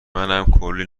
کلی